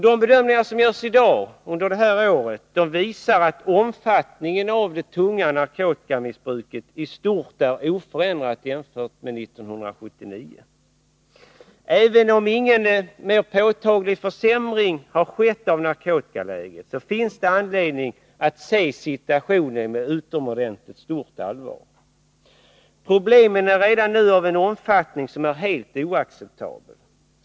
De undersökningar som nu görs för detta år visar att omfattningen av det tunga narkotikamissbruket i stort sett är oförändrad jämfört med år 1979. Även om ingen påtaglig försämring har skett av narkotikaläget, finns det därför anledning att se situationen med utomordentligt stort allvar. Problemen är redan nu av oacceptabelt hög omfattning.